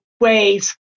ways